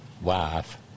Wife